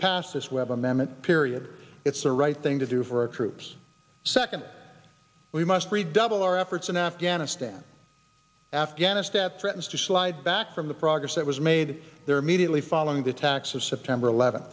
pass this webb amendment period it's the right thing to do for our troops second we must redouble our efforts in afghanistan afghanistan threatens to slide back from the progress that was made there immediately following the attacks of september eleventh